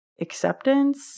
acceptance